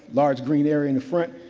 large green area in the front.